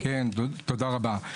תודה רבה.